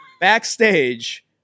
backstage